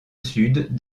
sud